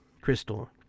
crystal